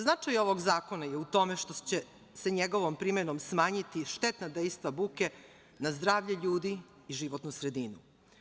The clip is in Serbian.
Značaj ovog zakona je u tome što će se njegovom primenom smanjiti štetna dejstva buke na zdravlje ljudi i životnu sredinu.